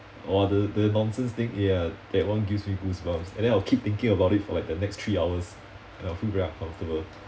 or the the nonsense thing ya that one gives me goosebumps and then I'll keep thinking about it for like the next three hours and I'll feel very uncomfortable